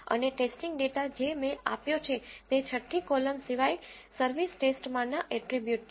અને testing data જે મેં આપ્યો છે તે છઠ્ઠી કોલમ સિવાય સર્વિસ ટેસ્ટમાંના એટ્રીબ્યુટ છે